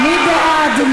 מי בעד?